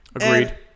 Agreed